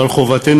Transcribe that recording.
אבל חובתנו,